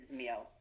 meal